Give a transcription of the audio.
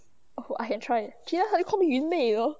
oh I can try gina suddenly call me 云妹 you know